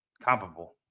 Comparable